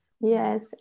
yes